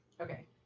Okay